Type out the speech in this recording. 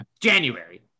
January